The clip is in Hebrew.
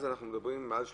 מעל 3%?